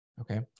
Okay